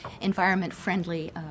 environment-friendly